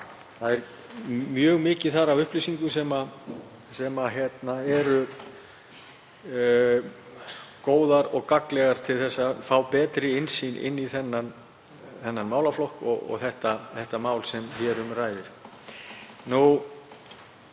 Þar er mjög mikið af upplýsingum sem eru góðar og gagnlegar til að fá betri innsýn inn í þennan málaflokk og það mál sem hér um ræðir. Sem